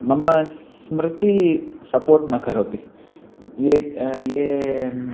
मम स्मृतिः सपोर्ट् न करोति ये ये